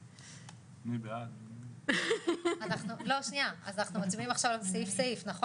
אז אנחנו מצביעים עכשיו סעיף סעיף, נכון?